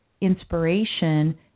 inspiration